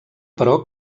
però